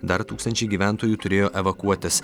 dar tūkstančiai gyventojų turėjo evakuotis